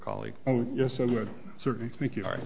colleagues oh yes it would certainly make y